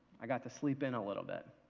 i got to sleep in a little bit.